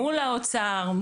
מול האוצר,